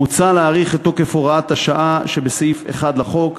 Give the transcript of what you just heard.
מוצע להאריך את תוקף הוראת השעה שבסעיף 1 לחוק,